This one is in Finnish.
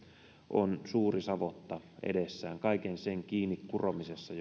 on suuri savotta edessä kaiken sen kiinni kuromisessa